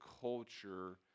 culture